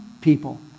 people